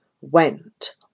went